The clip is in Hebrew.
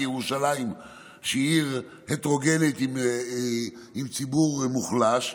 כי ירושלים היא עיר הטרוגנית עם ציבור מוחלש,